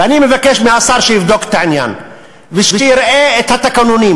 ואני מבקש מהשר שיבדוק את העניין ושיראה את התקנונים,